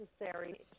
necessary